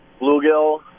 bluegill